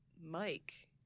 Mike